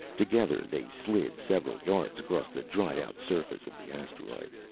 together they slid several yards across the dried-out surface of the asteroid.